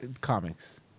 Comics